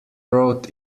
road